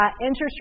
Interest